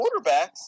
quarterbacks